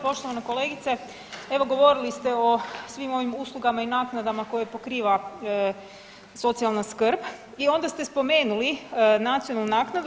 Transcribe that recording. Poštovana kolegice, evo govorili ste o svim ovim uslugama i naknadama koje pokriva socijalna skrb i onda ste spomenuli nacionalnu naknadu.